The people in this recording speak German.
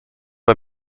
bei